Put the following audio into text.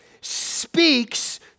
speaks